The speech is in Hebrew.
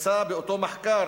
נמצא באותו מחקר